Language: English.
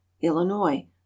illinois